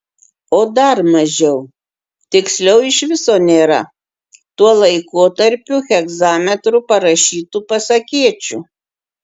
o dar mažiau tiksliau iš viso nėra tuo laikotarpiu hegzametru parašytų pasakėčių